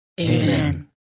Amen